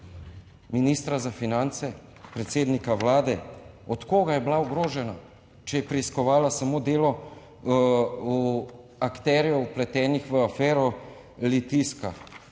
Ministra za finance, predsednika Vlade? Od koga je bila ogrožena, če je preiskovala samo delo akterjev vpletenih v afero Litijska.